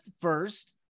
first